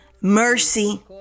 mercy